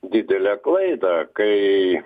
didelę klaidą kai